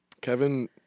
Kevin